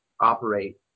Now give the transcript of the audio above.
operate